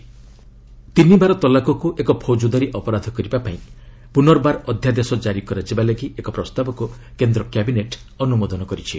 cabinet ତିନିବାର ତଲାକ୍କୁ ଏକ ଫୌଜଦାରୀ ଅପରାଧ କରିବା ପାଇଁ ପୁର୍ନବାର ଅଧ୍ୟାଦେଶ କାରି କରାଯିବା ଲାଗି ଏକ ପ୍ରସ୍ତାବକୁ କେନ୍ଦ୍ର କ୍ୟାବିନେଟ୍ ଅନୁମୋଦନ କରିଛି